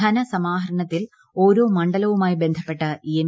ധനസമാഹരണത്തിൽ ഓരോ മണ്ഡലവുമായി ബന്ധപ്പെട്ട എം